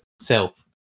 self